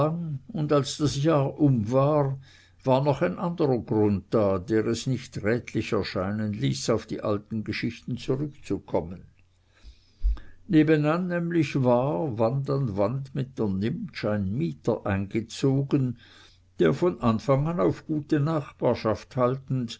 und als das jahr um war war noch ein anderer grund da der es nicht rätlich erscheinen ließ auf die alten geschichten zurückzukommen nebenan nämlich war wand an wand mit der nimptsch ein mieter eingezogen der von anfang an auf gute nachbarschaft haltend